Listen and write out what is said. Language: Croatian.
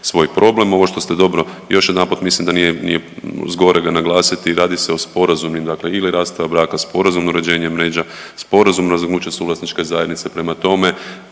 svoj problem. Ovo što ste dobro, još jedanput mislim da nije, nije zgorega naglasiti, radi se o sporazumnim dakle ili rasprava braka, sporazumno uređenje međa, sporazumno razvrgnuće suvlasničke zajednice, prema tome